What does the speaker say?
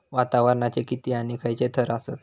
वातावरणाचे किती आणि खैयचे थर आसत?